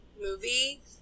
movie